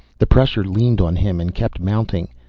the pressure leaned on him and kept mounting.